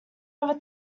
ever